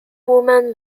women